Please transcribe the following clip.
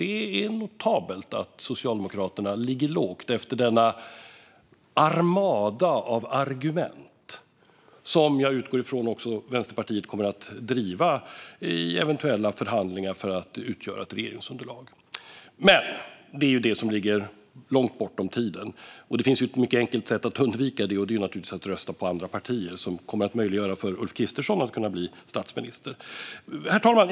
Det är notabelt att Socialdemokraterna ligger lågt efter denna armada av argument, som jag utgår ifrån att Vänsterpartiet kommer att driva i eventuella förhandlingar för att utgöra ett regeringsunderlag. Men det ligger långt bort i tiden. Det finns ett mycket enkelt sätt att undvika det. Det är naturligtvis att rösta på andra partier som kommer att möjliggöra för Ulf Kristersson att bli statsminister. Herr talman!